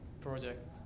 project